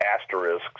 asterisks